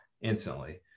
instantly